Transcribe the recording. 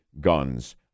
guns